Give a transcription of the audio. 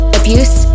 abuse